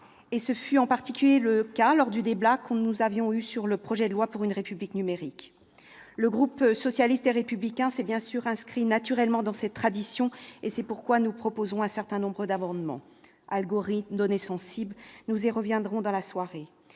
Ce fut en particulier le cas lors du débat que nous avons eu sur le projet de loi pour une République numérique. Le groupe socialiste et républicain s'est bien sûr inscrit naturellement dans cette tradition ; c'est pourquoi nous proposons un certain nombre d'amendements sur les algorithmes ou les données sensibles- nous y reviendrons dans la soirée.